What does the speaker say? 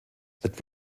that